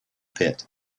pit